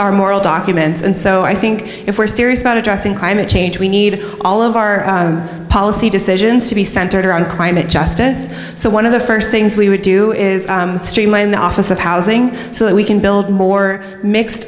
are moral documents and so i think if we're serious about addressing climate change we need all of our policy decisions to be centered around climate justice so one of the st things we would do is streamline the office of housing so that we can build more mixed